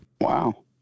Wow